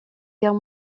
guerre